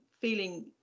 feeling